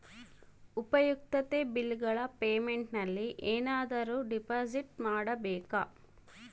ಉಪಯುಕ್ತತೆ ಬಿಲ್ಲುಗಳ ಪೇಮೆಂಟ್ ನಲ್ಲಿ ಏನಾದರೂ ಡಿಪಾಸಿಟ್ ಮಾಡಬೇಕಾ?